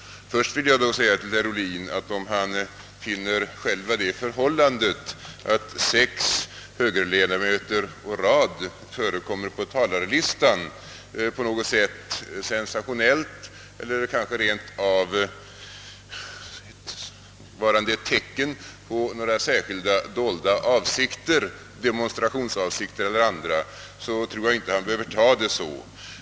Först vill jag säga till herr Ohlin att om han finner själva det förhållandet att sex högerledamöter å rad förekommer på talarlistan på något sätt sensa Åtgärder i syfte att fördjupa och stärka det svenska folkstyret tionellt eller kanske rent av varande ett tecken på några särskilda dolda avsikter, demonstrationsavsikter eller andra, tror jag inte att han behöver ta det så.